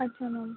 अच्छा मॅम